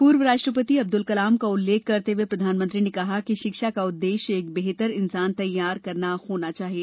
पूर्व राष्ट्रपति अब्दुल कलाम का उल्लेख करते हुए प्रधानमंत्री ने कहा कि शिक्षा का उद्देश्य एक बेहतर इंसान तैयार करना होना चाहिए